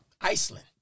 iceland